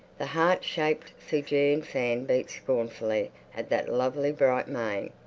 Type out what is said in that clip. the heart-shaped fijian fan beat scornfully at that lovely bright mane.